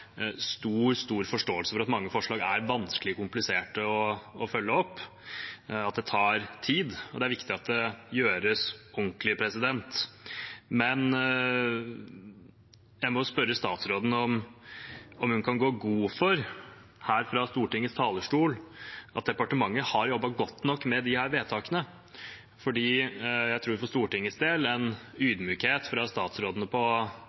stor forståelse for at mange forslag er vanskelige og kompliserte å følge opp, og at det tar tid, og det er viktig at det gjøres ordentlig. Men jeg må spørre statsråden om hun kan gå god for – her fra Stortingets talerstol – at departementet har jobbet godt nok med disse vedtakene, for jeg tror for Stortingets del at en ydmykhet fra statsråden, særlig på